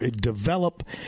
develop